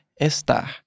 estar